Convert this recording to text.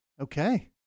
Okay